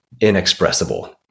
inexpressible